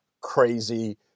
crazy